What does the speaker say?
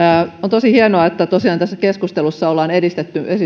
tosi hienoa että tosiaan tässä keskustelussa ollaan